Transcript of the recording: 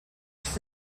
for